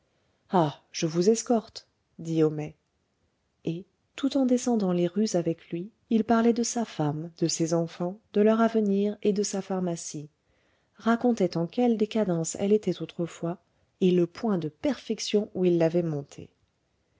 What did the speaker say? ah je vous escorte dit homais et tout en descendant les rues avec lui il parlait de sa femme de ses enfants de leur avenir et de sa pharmacie racontait en quelle décadence elle était autrefois et le point de perfection où il l'avait montée